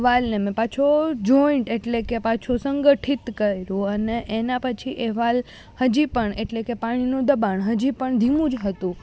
વાલને મેં પાછો જોઈન્ટ એટલે કે પાછો સંગઠિત કર્યો અને એના પછી એ વાલ હજી પણ એટલે કે પાણીનું દબાણ હજી પણ ધીમું જ હતું